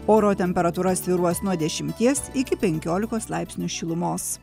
oro temperatūra svyruos nuo dešimties iki penkiolikos laipsnių šilumos